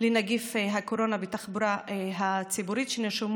לנגיף הקורונה בתחבורה הציבורית שנרשמו